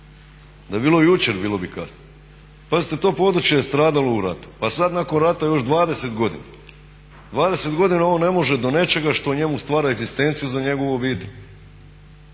da je bilo jučer bilo bi kasno. Pazite, to područje je stradalo u ratu, pa sad nakon rata još 20 godina. 20 godina on ne može do nečega što njemu stvara egzistenciju za njegovu obitelj.